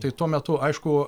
tai tuo metu aišku